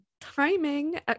Timing